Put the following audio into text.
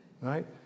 Right